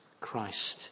Christ